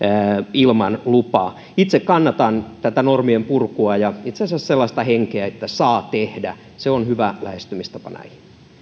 ilman lupaa itse kannatan tätä normien purkua ja itse asiassa sellaista henkeä että saa tehdä se on hyvä lähestymistapa näihin